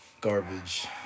Garbage